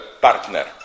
partner